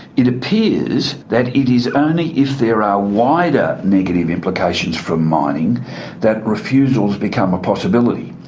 it appears that it is only if there are wider negative implications from mining that refusals become a possibility.